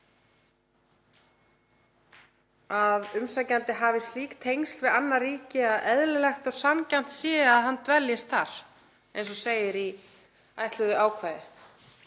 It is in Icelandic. að umsækjandi hafi slík tengsl við annað ríki að eðlilegt og sanngjarnt sé að hann dveljist þar, eins og segir í ætluðu ákvæði.